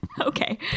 Okay